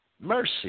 mercy